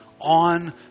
on